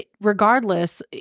regardless